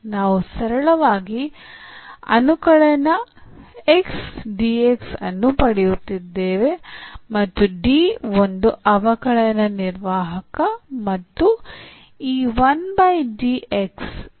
ನಾವು ಸರಳವಾಗಿ ಅನುಕಲನ X dx ಅನ್ನು ಪಡೆಯುತ್ತಿದ್ದೇವೆ ಮತ್ತು D ಒಂದು ಅವಕಲನ ನಿರ್ವಾಹಕ ಮತ್ತು ಈ ಎಂದು ನಮಗೆ ತಿಳಿದಿದೆ